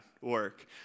work